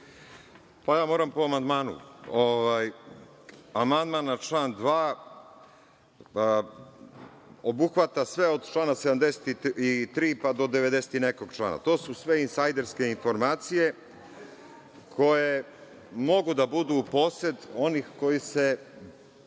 Moram po amandmanu. Amandman na član 2. obuhvata sve od člana 73. pa do 90 i nekog člana. To su sve insajderske informacije koje mogu da budu posed onih koji deluju